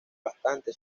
bastante